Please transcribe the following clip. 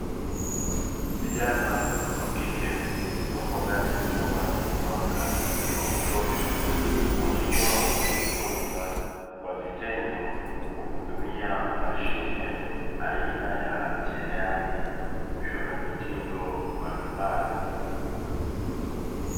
Vijana wakike wapo ndani ya chumba chenye mwanga wa kutosha, wakiwa wanajifunza kwa vitendo kwa kutumia mashine aina ya cherehani kushona mitindo mbalimbali.